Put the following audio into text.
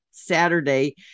saturday